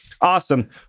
Awesome